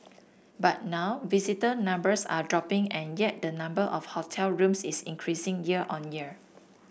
but now visitor numbers are dropping and yet the number of hotel rooms is increasing year on year